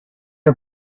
are